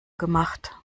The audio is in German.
gemacht